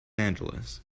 angeles